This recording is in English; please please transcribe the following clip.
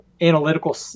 analytical